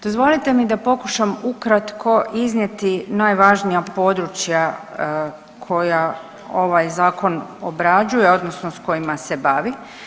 Dozvolite mi da pokušam ukratko iznijeti najvažnija područja koja ovaj zakon obrađuje odnosno s kojima se bavi.